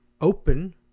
open